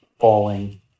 falling